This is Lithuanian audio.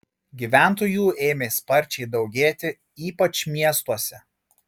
gyventojų ėmė sparčiai daugėti ypač miestuose